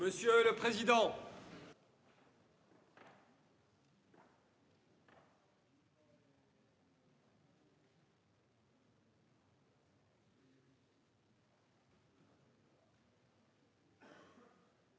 Monsieur le président,